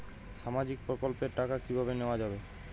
সামাজিক প্রকল্পের টাকা কিভাবে নেওয়া যাবে?